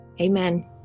amen